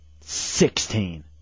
Sixteen